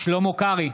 שלמה קרעי,